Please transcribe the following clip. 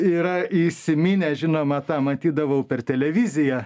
yra įsiminę žinoma tą matydavau per televiziją